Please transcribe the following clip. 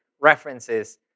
references